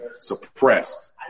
suppressed